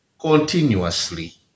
continuously